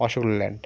Ashok Leyland